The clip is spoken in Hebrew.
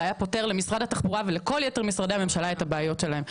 זה היה פותר למשרד התחבורה ולכל יתר משרדי הממשלה את הבעיות שלהם.